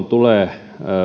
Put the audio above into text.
tulee